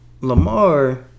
Lamar